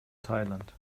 thailand